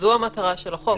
זו המטרה של החוק.